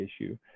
issue